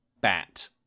bat